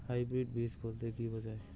Hybrid বীজ বলতে কী বোঝায়?